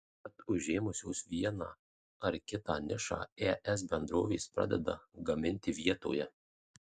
tad užėmusios vieną ar kitą nišą es bendrovės pradeda gaminti vietoje